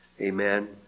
amen